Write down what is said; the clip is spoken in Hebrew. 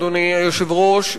אדוני היושב-ראש,